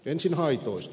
ensin haitoista